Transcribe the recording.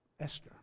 Esther